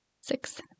six